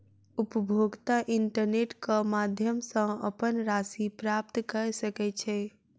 उपभोगता इंटरनेट क माध्यम सॅ अपन राशि प्राप्त कय सकै छै